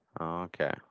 Okay